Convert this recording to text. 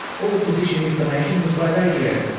all position information was by radio.